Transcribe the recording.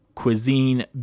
Cuisine